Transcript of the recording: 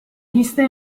vista